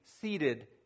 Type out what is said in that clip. seated